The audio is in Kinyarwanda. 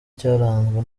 cyaranzwe